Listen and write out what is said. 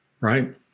right